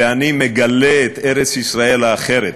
ואני ומגלה את ארץ-ישראל האחרת.